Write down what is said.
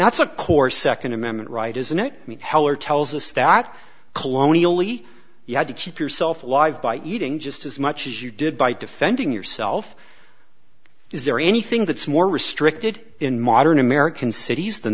that's a core second amendment right isn't it heller tells us that colonial lee you had to keep yourself alive by eating just as much as you did by defending yourself is there anything that's more restricted in modern american cities than